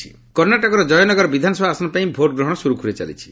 polling Jayanagar କର୍ଣ୍ଣାଟକର ଜୟନଗର ବିଧାନସଭା ଆସନ ପାଇଁ ଭୋଟ୍ ଗ୍ରହଣ ସୁରୁଖୁରୁରେ ଚାଲିଛି